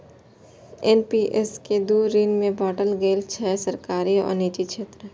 NPS कें दू श्रेणी मे बांटल गेल छै, सरकारी आ निजी क्षेत्र